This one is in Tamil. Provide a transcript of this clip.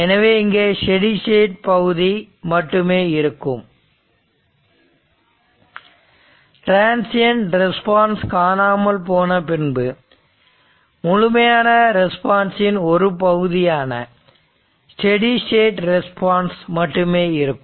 எனவே இங்கே ஸ்டெடி ஸ்டேட் பகுதி மட்டுமே இருக்கும் டிரன்சியண்ட் ரெஸ்பான்ஸ் காணாமல் போன பின்பு முழுமையான ரெஸ்பான்ஸ் இன் ஒரு பகுதியான ஸ்டெடி ஸ்டேட் ரெஸ்பான்ஸ் மட்டுமே இருக்கும்